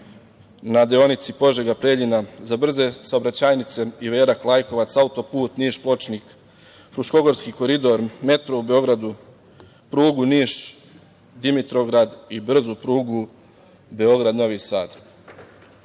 na deonici Požega-Preljina, za brze saobraćajnice Iverak-Lajkovac, autoput Niš-Pločnik, Fruškogorski koridor, metro u Beogradu, prugu Niš-Dimitrovgrad i brzu prugu Beograd-Novi Sad.